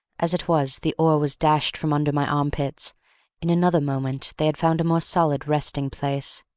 as it was, the oar was dashed from under my armpits in another moment they had found a more solid resting-place.